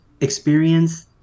experience